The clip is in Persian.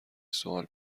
سوال